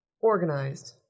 Organized